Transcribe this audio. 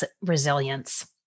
resilience